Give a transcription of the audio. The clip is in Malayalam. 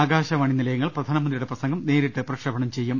ആകാശവാണി നിലയങ്ങൾ പ്രധാ നമന്ത്രിയുടെ പ്രസംഗം നേരിട്ട് പ്രക്ഷേപണം ചെയ്യും